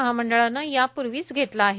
महामंडळानं यापूर्वीच घेतला आहे